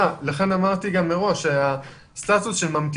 סגן ראש העיר אילני וראש העיר כרמל שאמה